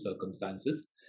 circumstances